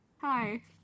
hi